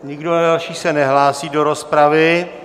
Nikdo další se nehlásí do rozpravy.